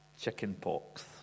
chickenpox